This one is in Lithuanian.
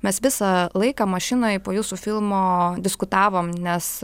mes visą laiką mašinoj po jūsų filmoo diskutavom nes